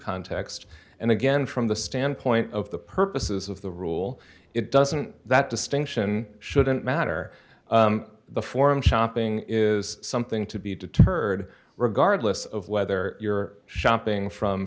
context and again from the standpoint of the purposes of the rule it doesn't that distinction shouldn't matter the forum shopping is something to be deterred regardless of whether you're shopping from